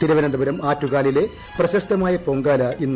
തിരുവനന്തപുരം ആറ്റുകാലിലെ പ്രശസ്തമായ പൊങ്കാല ഇന്ന്